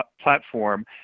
platform